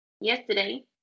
Yesterday